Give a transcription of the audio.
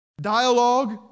dialogue